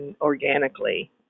organically